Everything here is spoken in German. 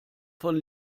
von